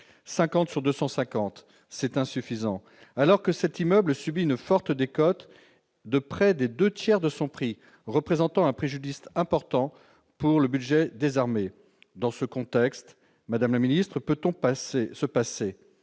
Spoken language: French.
50 sur 250. C'est insuffisant, d'autant que cet immeuble subit une forte décote, de près des deux tiers de son prix, ce qui représente un préjudice important pour le budget des armées. Dans ce contexte, peut-on se passer